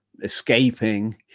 escaping